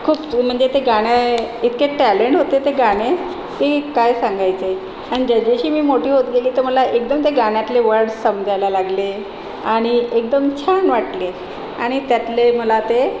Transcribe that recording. खूप म्हणजे ते गाणे इतके टॅलेंट होते ते गाणे की काय सांगायचे आणि जसजशी मी मोठी होत गेली तर मला एकदम त्या गाण्यातले वर्ड्स समजायला लागले आणि एकदम छान वाटले आणि त्यातले मला ते